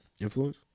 Influence